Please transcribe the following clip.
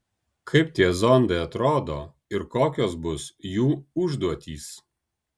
kaip tie zondai atrodo ir kokios bus jų užduotys